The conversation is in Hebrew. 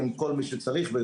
טוב, אני